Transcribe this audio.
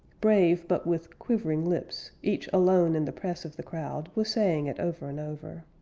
brave, but with quivering lips, each alone in the press of the crowd, was saying it over and over.